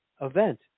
event